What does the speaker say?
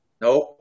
nope